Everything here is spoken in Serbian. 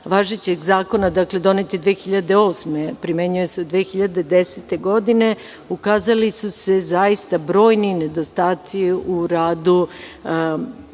važećeg zakona, donet je 2008, a primenjuje se od 2010. godine, ukazali su se zaista brojni nedostaci u radu